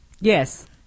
Yes